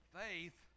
faith